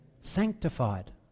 sanctified